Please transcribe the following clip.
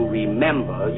remember